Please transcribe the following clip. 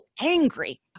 angry